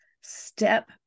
step